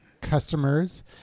customers